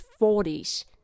40s